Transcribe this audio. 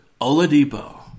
Oladipo